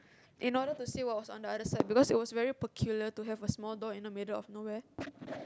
in order to see what was on the other side because it was very peculiar to have a small door in the middle of nowhere